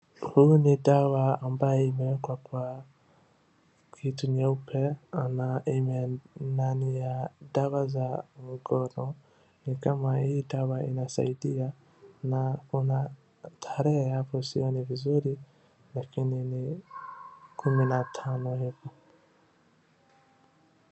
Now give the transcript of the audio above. Huu ni dawa ambayo imewekwa kwa kitu nyeupe na ni ya dawa za ngono, nikama hii dawa inasaidia, na kuna tarehe hapo ambayo sioni vizuri lakini ni kumi na tano hivi.